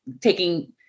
taking